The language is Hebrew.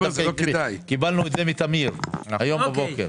קיבלנו את זה מטמיר הבוקר.